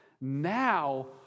now